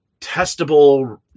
testable